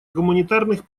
гуманитарных